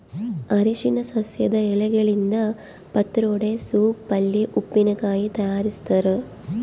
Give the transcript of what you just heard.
ಅರಿಶಿನ ಸಸ್ಯದ ಎಲೆಗಳಿಂದ ಪತ್ರೊಡೆ ಸೋಪ್ ಪಲ್ಯೆ ಉಪ್ಪಿನಕಾಯಿ ತಯಾರಿಸ್ತಾರ